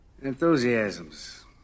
enthusiasms